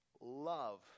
love